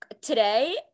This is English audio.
today